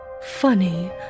Funny